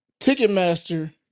Ticketmaster